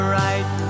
right